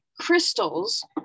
crystals